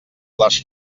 les